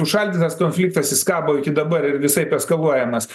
užšaldytas konfliktas jis kabo iki dabar ir visaip eskaluojamas